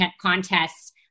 contests